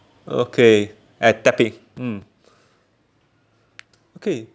okay at mm K